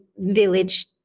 village